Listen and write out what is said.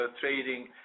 trading